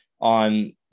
on –